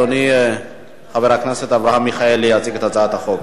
אדוני חבר הכנסת אברהם מיכאלי יציג את הצעת החוק.